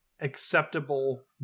acceptable